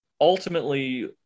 ultimately